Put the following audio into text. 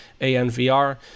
ANVR